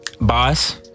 Boss